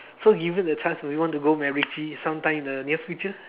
so given the chance would you want to go Macritchie sometime in the near future